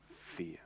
fear